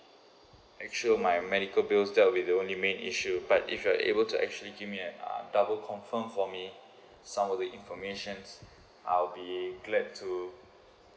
actual my medical bills that will be the only main issue but if you're able to actually give me at uh double confirm for me some of the information I'll be glad to